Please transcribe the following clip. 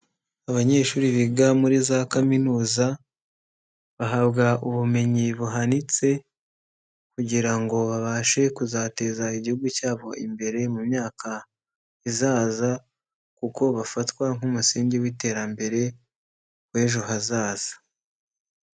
Abanyeshuri biga muri za kaminuza, bahabwa ubumenyi buhanitse kugira ngo babashe kuzateza Igihugu cyabo imbere mu myaka izaza kuko bafatwa nk'umusingi w'iterambere w'ejo hazaza.